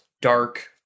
dark